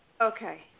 Okay